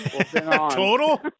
Total